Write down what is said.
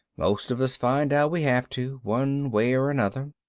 most of us find out we have to, one way or another.